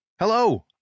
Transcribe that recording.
Hello